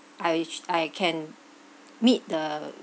I sh~ I can meet the